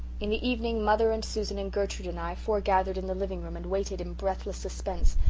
in the evening mother and susan and gertrude and i forgathered in the living-room and waited in breathless suspense,